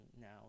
now